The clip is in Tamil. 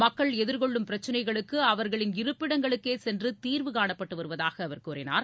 மக்கள் எதிர்கொள்ளும் பிரச்சனைகளுக்கு அவர்களின் இருப்பிடங்களுக்கே சென்று தீர்வு காணப்பட்டு வருவதாக அவர் கூறினார்